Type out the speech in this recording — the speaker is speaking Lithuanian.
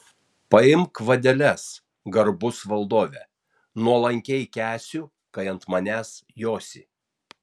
paimk vadeles garbus valdove nuolankiai kęsiu kai ant manęs josi